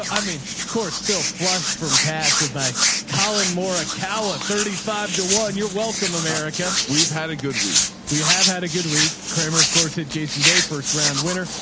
i mean, of course still flush from cash with my colon, maura calla thirty five to one you're welcome america. we've had a good week. we have had a good week kramer of course at jason day, first round winner.